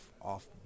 off